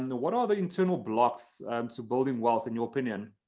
and what are the internal blocks to building wealth in your opinion?